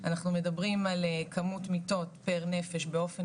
אנחנו מדברים על כמות מיטות פר נפש באופן